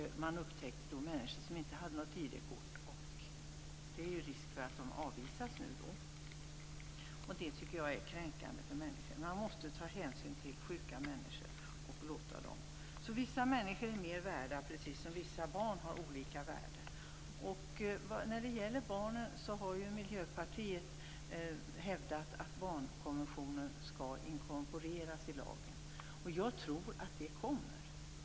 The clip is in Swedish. Då upptäckte man människor som inte hade något ID-kort, och det finns risk för att de avvisas nu. Det tycker jag är kränkande för människor. Man måste ta hänsyn till sjuka människor. Vissa människor är mer värda precis som vissa barn har olika värde. När det gäller barnen har Miljöpartiet hävdat att barnkonventionen skall inkorporeras i lagen. Jag tror att det kommer.